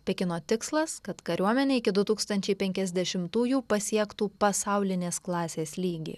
pekino tikslas kad kariuomenė iki du tūkstančiai penkiasdešimtųjų pasiektų pasaulinės klasės lygį